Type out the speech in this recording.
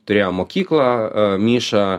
turėjo mokyklą mišą